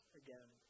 again